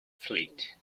fleet